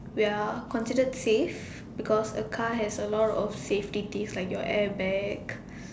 we are considered safe because a car has a lot of safety things like your airbag